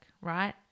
right